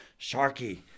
Sharky